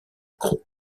croûte